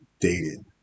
dated